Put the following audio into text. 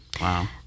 Wow